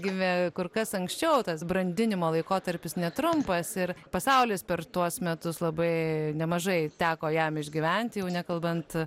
gimė kur kas anksčiau tas brandinimo laikotarpis netrumpas ir pasaulis per tuos metus labai nemažai teko jam išgyventi jau nekalbant